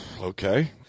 Okay